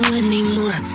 anymore